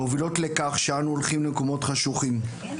מובילות לכך שאנו הולכים למקומות חשוכים.